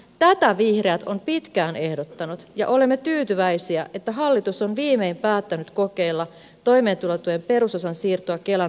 tätä vihreät on pitkään ehdottanut ja olemme tyytyväisiä että hallitus on viimein päättänyt kokeilla toimeentulotuen perusosan siirtoa kelan maksettavaksi